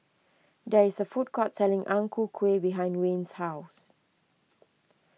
there is a food court selling Ang Ku Kueh behind Wayne's house